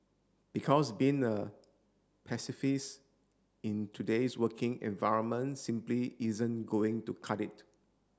because being a pacifist in today's working environment simply isn't going to cut it